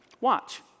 watch